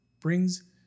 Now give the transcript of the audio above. brings